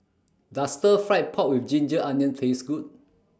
Does Stir Fried Pork with Ginger Onions Taste Good